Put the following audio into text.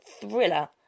thriller